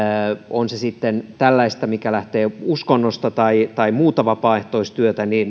on se sitten tällaista mikä lähtee uskonnosta tai tai muuta vapaaehtoistyötä